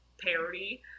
parody